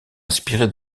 inspiré